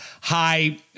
high